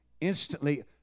instantly